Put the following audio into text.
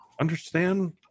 understand